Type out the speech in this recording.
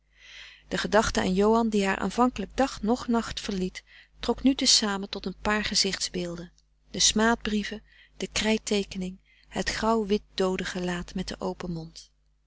de gedachte aan johan die haar aanvankelijk dag noch nacht verliet trok nu te samen tot een paar gezichtsbeelden de smaad brieven de krijtteekening het grauw wit doodengelaat met den open mond